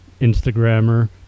Instagrammer